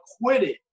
acquitted